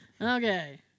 Okay